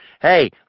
Hey